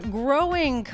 growing